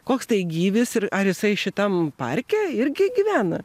koks tai gyvis ir ar jisai šitam parke irgi gyvena